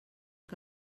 que